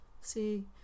See